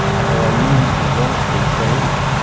our needs and wants will change.